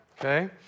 okay